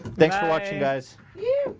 thanks for watching guys. yeah